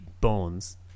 Bones